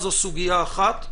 זו סוגיה אחת.